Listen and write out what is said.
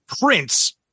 prince